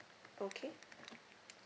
okay